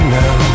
now